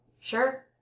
Sure